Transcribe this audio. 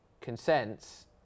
consents